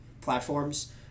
platforms